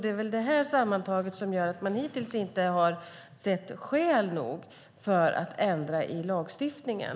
Det är väl detta sammantaget som gör att man hittills inte har haft skäl att ändra i lagstiftningen.